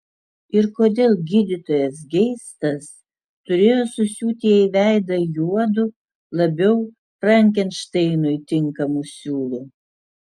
ir kodėl gydytojas geistas turėjo susiūti jai veidą juodu labiau frankenšteinui tinkamu siūlu